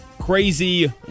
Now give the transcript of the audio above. crazy